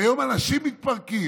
היום אנשים מתפרקים.